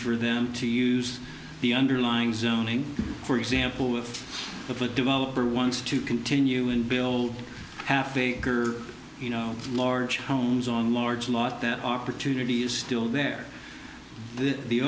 for them to use the underlying zoning for example of a developer wants to continue and build half acre you know large homes on large lot that opportunity is still there the